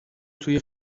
توی